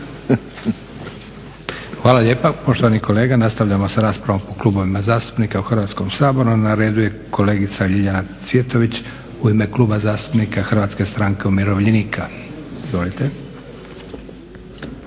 Hvala lijepa poštovani kolega. Nastavljamo sa raspravom po klubovima zastupnika u Hrvatskom saboru. Na redu je kolegica Ljiljanja Cvjetović u ime Kluba zastupnika Hrvatske stranke umirovljenika, izvolite.